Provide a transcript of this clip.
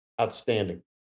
outstanding